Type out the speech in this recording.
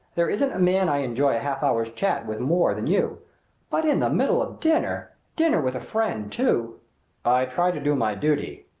there isn't a man i enjoy a half-hour's chat with more than you but in the middle of dinner dinner with a friend too i try to do my duty,